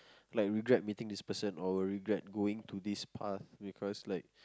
like regret meeting this person or regret going to this path because like